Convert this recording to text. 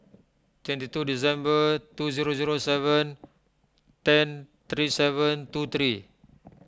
twenty two December two zero zero seven ten three seven two three